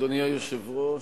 אדוני היושב-ראש,